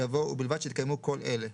יבוא "ובלבד שהתקיימו כל אלה: